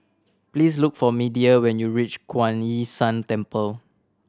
please look for Media when you reach Kuan Yin San Temple